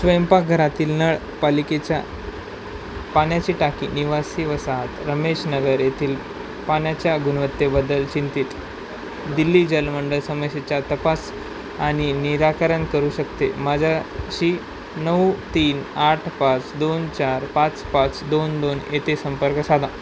स्वयंपाकघरातील नळ पालिकेच्या पाण्याची टाकी निवासी वसाहत रमेश नगर येथील पाण्याच्या गुणवत्तेबद्दल चिंतित दिल्ली जलमंडळ समस्येचा तपास आणि निराकरण करू शकते माझ्याशी नऊ तीन आठ पाच दोन चार पाच पाच दोन दोन येथे संपर्क साधा